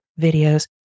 videos